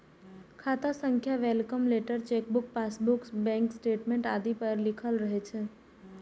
खाता संख्या welcome letter, chequebook, passbook, bank statement आदि पर लिखल रहै छै